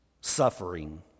suffering